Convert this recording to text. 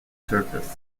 surface